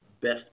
best